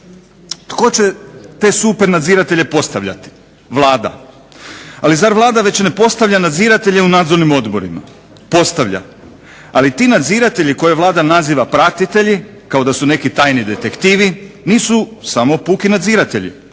Tko će te supernadziratelje postavljati? Vlada. Ali zar Vlada već ne postavlja nadziratelje u nadzornim odborima? Postavlja. Ali ti nadziratelji koje Vlada naziva pratitelji kao da su neki tajni detektivi, nisu samo puki nadziratelji.